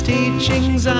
Teachings